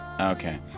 Okay